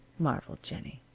marveled jennie.